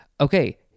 Okay